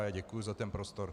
Já děkuji za ten prostor.